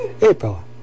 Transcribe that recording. April